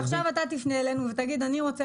אז עכשיו אתה תפנה אלינו ותגיד: אני רוצה